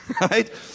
Right